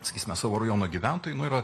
sakysime savo rajono gyventojui nu yra